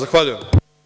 Zahvaljujem.